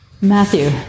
Matthew